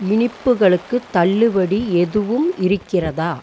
இனிப்புகளுக்கு தள்ளுபடி எதுவும் இருக்கிறதா